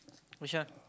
which one